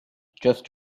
just